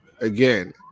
Again